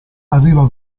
arriva